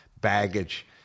baggage